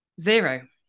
Zero